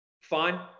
Fine